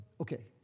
okay